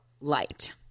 light